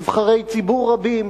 נבחרי ציבור רבים,